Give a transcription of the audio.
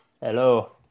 Hello